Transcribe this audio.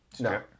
No